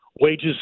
Wages